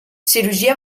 cirurgia